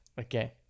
Okay